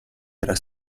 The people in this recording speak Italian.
era